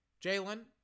Jalen